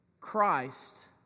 Christ